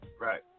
Right